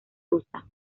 rusa